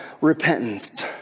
repentance